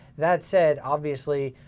that said, obviously,